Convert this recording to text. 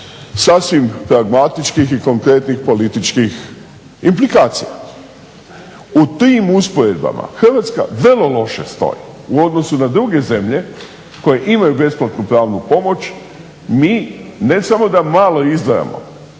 sasvim pragmatičkih i konkretnih političkih implikacija. U tim usporedbama Hrvatska vrlo loše stoji u odnosu na druge zemlje koje imaju besplatnu pravnu pomoć. Mi ne samo da malo izdvajamo